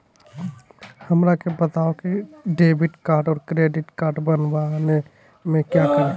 हमरा के बताओ की डेबिट कार्ड और क्रेडिट कार्ड बनवाने में क्या करें?